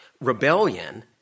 rebellion